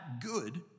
good